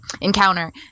encounter